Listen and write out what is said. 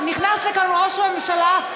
נכנס לכאן ראש הממשלה.